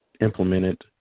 implemented